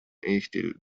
eestil